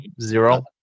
zero